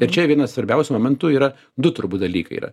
ir čia vienas svarbiausių momentų yra du turbūt dalykai yra